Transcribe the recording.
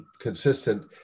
consistent